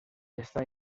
està